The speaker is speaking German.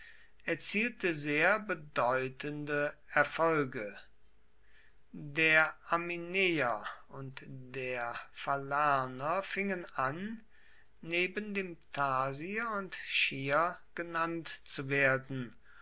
erzielte sehr bedeutende erfolge der amineer und der falerner fingen an neben dem thasier und chier genannt zu werden